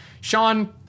Sean